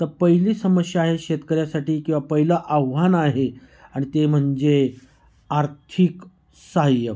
तर पहिली समस्या आहे शेतकऱ्यासाठी किंवा पहिलं आह्वान आहे आणि ते म्हणजे आर्थिक सहाय्य